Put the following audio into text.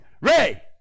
Ray